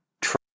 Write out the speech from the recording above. true